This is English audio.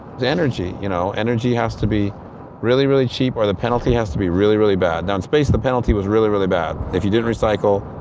energy, you know energy has to be really, really cheap or the penalty has to be really, really bad. now, in space, the penalty was really, really bad. if you didn't recycle,